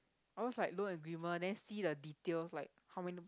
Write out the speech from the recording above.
ours like loan agreement then see the details like how many